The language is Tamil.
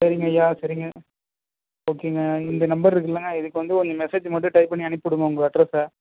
சரிங்க ஐயா சரிங்க ஓகேங்க இந்த நம்பருக்குல்லங்க இதற்கு வந்து ஒரு மெசேஜு மட்டும் டைப் பண்ணி அனுப்பிடுங்க உங்கள் அட்ரஸ்ஸை